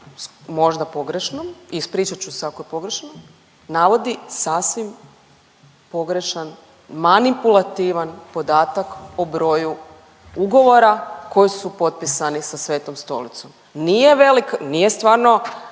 možda pogrešnom, ispričat ću se ako je pogrešno, navodi sasvim pogrešan manipulativan podatak o broju ugovora koji su potpisani sa Svetom Stolicom. Nije velik, nije stvarno